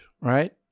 Right